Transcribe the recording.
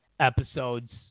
Episodes